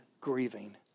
grieving